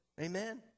amen